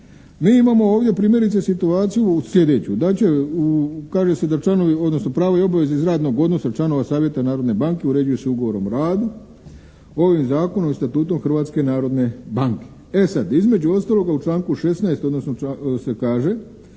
Mi imamo ovdje primjerice situaciju sljedeću da će, kaže se da članovi, odnosno pravo i obaveze iz radnog odnosa članova Savjeta Narodne banke uređuju se ugovorom o radu ovim zakonom i Statutom Hrvatske narodne banke. E sad, između ostaloga u članku 16. se kaže